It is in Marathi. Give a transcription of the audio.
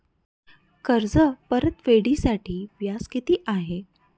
कर्ज परतफेडीसाठी व्याज किती आहे?